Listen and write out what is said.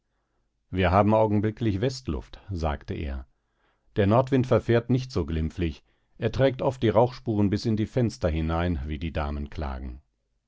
wir haben augenblicklich westluft sagte er der nordwind verfährt nicht so glimpflich er trägt oft die rauchspuren bis in die fenster hinein wie die damen klagen